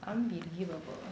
unbelievable